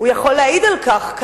יכול להעיד על כך,